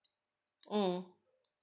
mm